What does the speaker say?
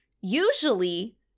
usually